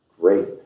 Great